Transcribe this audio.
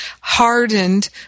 hardened